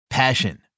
Passion